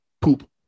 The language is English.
poop